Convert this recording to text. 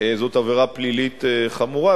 זאת תהיה עבירה פלילית חמורה,